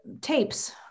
tapes